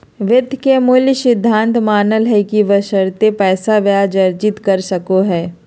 वित्त के मूल सिद्धांत मानय हइ कि बशर्ते पैसा ब्याज अर्जित कर सको हइ